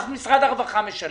אז משרד הרווחה משלם.